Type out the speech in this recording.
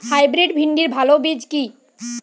Hybrid ভিন্ডির ভালো বীজ কি?